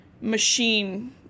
Machine